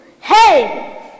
Hey